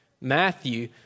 Matthew